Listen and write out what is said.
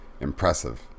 impressive